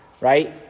right